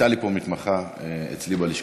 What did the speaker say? הייתה לי פה מתמחה אצלי בלשכה,